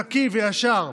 נקי וישר,